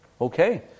Okay